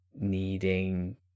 needing